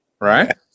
right